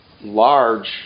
large